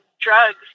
drugs